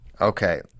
Okay